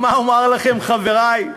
מה אומר לכם, חברי?